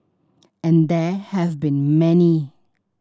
and there have been many